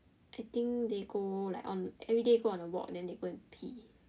so I think they go like on everyday go on a walk then they go and pee